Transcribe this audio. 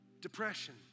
Depression